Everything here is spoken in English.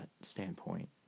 standpoint